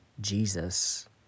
Jesus